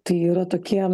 tai yra tokie